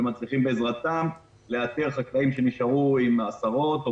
שמצליחים בעזרתם לאתר חקלאים שנשארו עם עשרות או